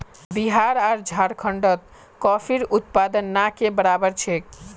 बिहार आर झारखंडत कॉफीर उत्पादन ना के बराबर छेक